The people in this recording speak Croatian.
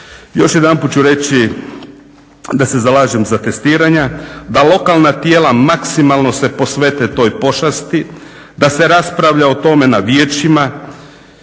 Još jedanput ću reći da se zalažem za testiranja, da lokalna tijela maksimalno se posvete toj pošasti, da se raspravlja o tome na vijećima.